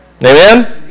Amen